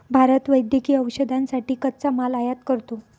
भारत वैद्यकीय औषधांसाठी कच्चा माल आयात करतो